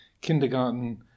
kindergarten